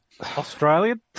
Australian